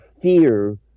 fear